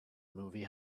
movie